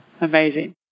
Amazing